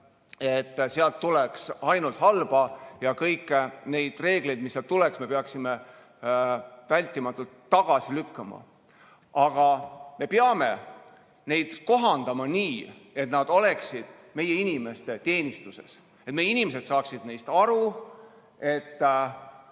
et sealt tuleks ainult halba ja et kõik need reeglid, mis sealt tulevad, me peaksime vältimatult tagasi lükkama. Aga me peame neid kohandama nii, et nad oleksid meie inimeste teenistuses, et meie inimesed saaksid neist aru, et